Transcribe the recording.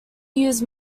used